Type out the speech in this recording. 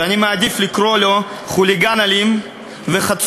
שאני מעדיף לקורא לו חוליגן אלים וחצוף,